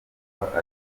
ferwafa